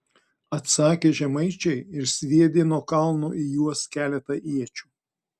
atsakė žemaičiai ir sviedė nuo kalno į juos keletą iečių